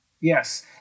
Yes